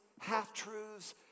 half-truths